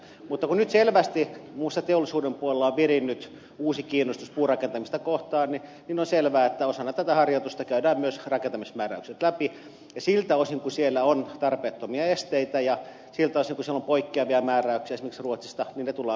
mutta kun nyt selvästi muun muassa teollisuuden puolella on virinnyt uusi kiinnostus puurakentamista kohtaan niin on selvää että osana tätä harjoitusta käydään myös rakentamismääräykset läpi ja siltä osin kuin siellä on tarpeettomia esteitä ja siltä osin kuin siellä on poikkeavia määräyksiä esimerkiksi ruotsista ne tullaan perkaamaan